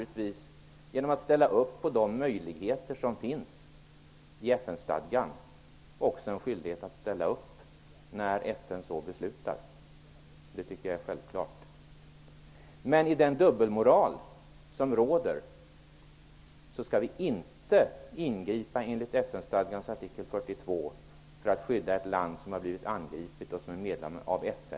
Genom att ställa upp på de möjligheter som finns i FN stadgan har Sverige naturligtvis också en skyldighet att ställa upp när FN så beslutar. Det tycker jag är självklart. Men enligt den dubbelmoral som råder skall vi inte ingripa enligt FN-stadgans artikel 42 för att skydda ett land som har blivit angripet och som är medlem av FN.